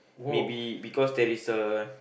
maybe because there is a